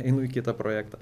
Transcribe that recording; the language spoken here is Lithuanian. einu į kitą projektą